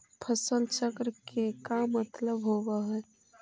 फसल चक्र न के का मतलब होब है?